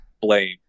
blame